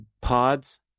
pods